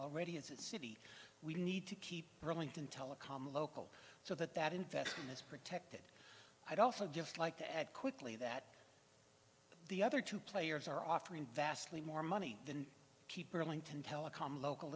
that city we need to keep rolling telecom local so that that investment is protected i'd also just like to add quickly that the other two players are offering vastly more money than keep pearlington telekom local